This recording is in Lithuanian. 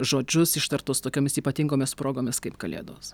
žodžius ištartus tokiomis ypatingomis progomis kaip kalėdos